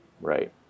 right